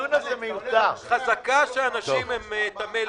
חזקה שאנשים הם תמי-לב.